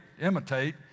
imitate